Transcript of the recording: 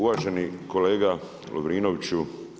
Uvaženi kolega Lovrinoviću.